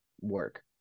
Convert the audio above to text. work